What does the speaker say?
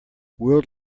world